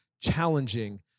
challenging